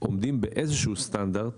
עומדים באיזשהו סטנדרט